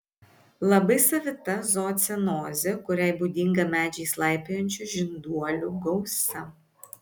labai savita zoocenozė kuriai būdinga medžiais laipiojančių žinduolių gausa